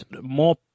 more